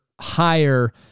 higher